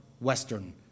Western